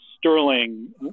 sterling